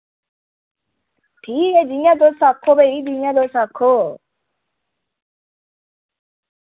ठीक ऐ भई जियां तुस आक्खो भई जियां तुस आक्खो